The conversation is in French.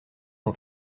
son